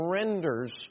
surrenders